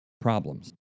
problems